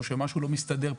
או שמשהו לא מסתדר פתאום,